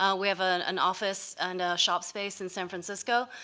ah we have an an office and a shop space in san francisco.